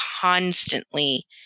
constantly